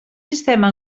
sistema